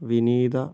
വിനീത